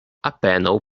apenaŭ